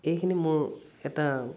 এইখিনি মোৰ এটা